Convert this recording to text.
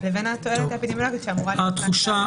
לבין התועלת האפידמיולוגית שאמורה להיות מצד שני.